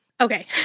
okay